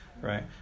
right